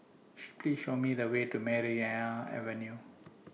Please Show Me The Way to Maria Avenue